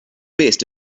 best